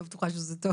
אני לא בטוחה שזה טוב.